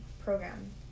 program